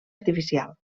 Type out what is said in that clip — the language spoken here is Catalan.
artificial